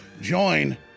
join